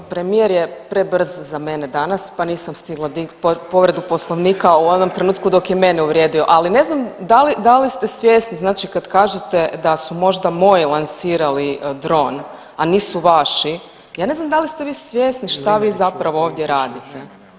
Premijer je prebrz za mene danas pa nisam stigla .../nerazumljivo/... povredu Poslovnika u onom trenutku dok je mene uvrijedio, ali ne znam da li ste svjesni, znači kad kažete da su možda moji lansirali dron, a nisu vaši, ja ne znam da li ste vi svjesni šta vi zapravo ovdje radite.